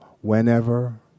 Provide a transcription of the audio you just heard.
whenever